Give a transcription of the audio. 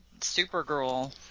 supergirl